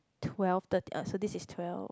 twelve thirt~ oh so this is twelve